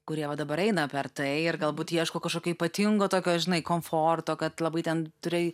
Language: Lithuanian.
kurie va dabar eina per tai ir galbūt ieško kažkokio ypatingo tokio žinai komforto kad labai ten turi